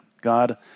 God